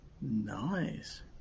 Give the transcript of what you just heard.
Nice